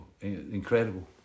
incredible